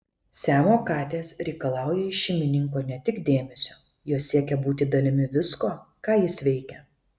siamo katės reikalauja iš šeimininko ne tik dėmesio jos siekia būti dalimi visko ką jis veikia